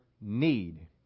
need